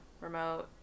remote